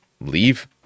leave